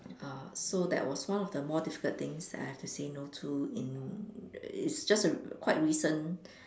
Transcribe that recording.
uh so that was one of the more difficult things that I have to say no to in it's just a quite recent